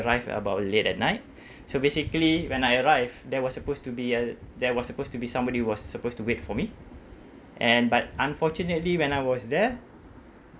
arrive about late at night so basically when I arrive there was supposed to be uh there was supposed to be somebody who was supposed to wait for me and but unfortunately when I was there